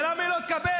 ולמה היא לא תקבל?